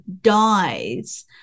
dies